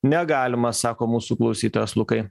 negalima sako mūsų klausytojas lukai